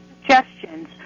suggestions